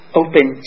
open